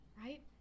right